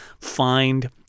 find